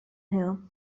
herr